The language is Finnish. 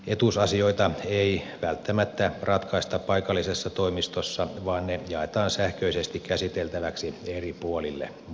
etuusasioita ei välttämättä ratkaista paikallisessa toimistossa vaan ne jaetaan sähköisesti käsiteltäviksi eri puolille maata